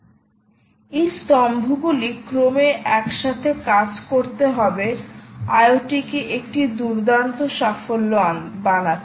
mএই স্তম্ভগুলি ক্রমে একসাথে কাজ করতে হবে IoT কে একটি দুর্দান্ত সাফল্য বানাতে